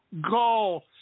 go